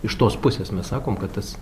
iš tos pusės mes sakom kad tas